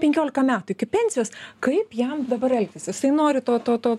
penkiolika metų iki pensijos kaip jam dabar elgtis jisai nori to to to